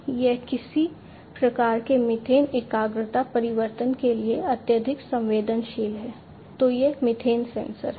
तो यह किसी भी प्रकार के मीथेन एकाग्रता परिवर्तन के लिए अत्यधिक संवेदनशील है तो यह मीथेन सेंसर है